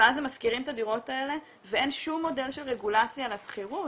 ואז הם משכירים את הדירות האלה ואין שום מודל של רגולציה על השכירות?